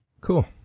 Cool